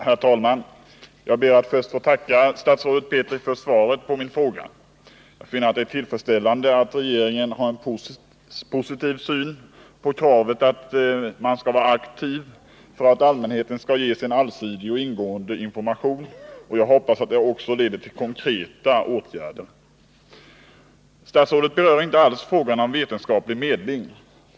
Herr talman! Jag ber att få tacka statsrådet Petri för svaret på min fråga. Jag — omröstningen om finner det tillfredsställande att regeringen har en positiv syn på kravet på att — kärnkraft regeringen skall vara aktiv för att allmänheten ges en allsidig och ingående information, och jag hoppas att det också leder till konkreta åtgärder. Statsrådet berör inte alls frågan om vetenskaplig medling.